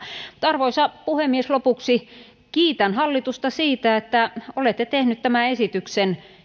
arvoisa puhemies lopuksi kiitän hallitusta siitä että olette tehneet tämän esityksen